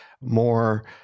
more